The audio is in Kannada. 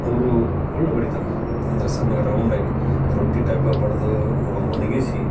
ಅವ್ರು ಕುರ್ಳ್ ಬಡಿತಾರೆ ಅಂದರೆ ಸಣ್ಣಗ್ ರೌಂಡಾಗಿ ರೊಟ್ಟಿ ಟೈಪ ಬಡ್ದು ಅವನ್ನ ಒಣ್ಗಿಸಿ